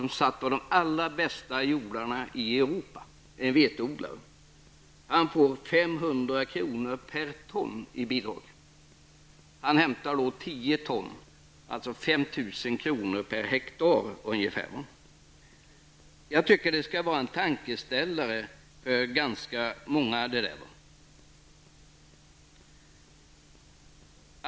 På en av de allra bästa jordarna i Europa får han 5 00 kr. i bidrag per ton vete. Han skördar ungefär 10 ton per hektar och får alltså ca 5 000 kr. i bidrag per hektar. Jag tycker att det kan vara en tankeställare för ganska många.